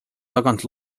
tagant